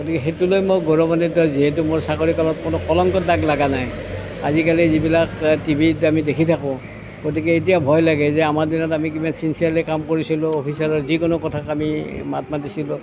গতিকে সেইটো লৈ মই গৌৰৱান্বিত যিহেতু মোৰ চাকৰি কালত কোনো কলংকৰ দাগ লগা নাই আজিকালি যিবিলাক টিভিত আমি দেখি থাকোঁ গতিকে এতিয়া ভয় লাগে যে আমাৰ দিনত আমি কিমান ছিনচিয়াৰলী কাম কৰিছিলোঁ অফিচাৰৰ যিকোনো কথাত আমি মাত মাতিছিলোঁ